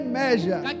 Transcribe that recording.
measure